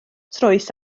troes